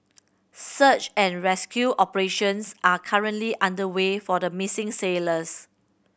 search and rescue operations are currently underway for the missing sailors